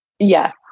yes